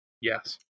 Yes